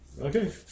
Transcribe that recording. Okay